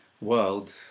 world